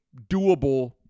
doable